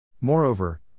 Moreover